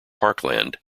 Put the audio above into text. parkland